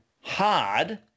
hard